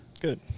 Good